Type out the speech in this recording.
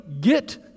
get